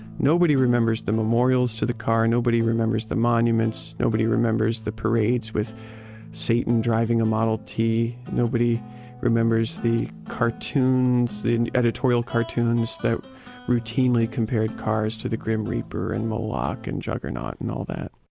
nobody remembers the memorials to the car. nobody remembers the monuments. nobody remembers the parades with satan driving a model t. nobody remembers the cartoons, the editorial cartoons that routinely compared cars to the grim reaper, and moloch, and juggernaut, and all that